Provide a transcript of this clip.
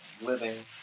living